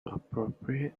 appropriate